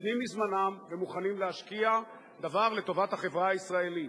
ונותנים מזמנם ומוכנים להשקיע דבר לטובת החברה הישראלית.